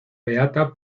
beata